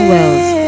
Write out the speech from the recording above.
Wells